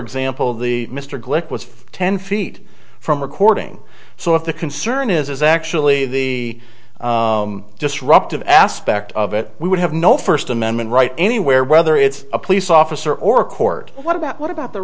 example the mr glick was ten feet from recording so if the concern is actually the disruptive aspect of it we would have no first amendment right anywhere whether it's a police officer or court what about what about the